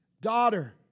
daughter